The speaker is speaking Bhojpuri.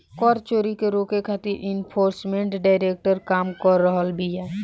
कर चोरी के रोके खातिर एनफोर्समेंट डायरेक्टरेट काम कर रहल बिया